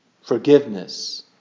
forgiveness